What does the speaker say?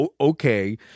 Okay